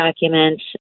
documents